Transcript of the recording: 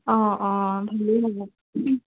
অঁ অঁ ভালেই হ'ব